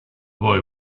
boy